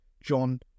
John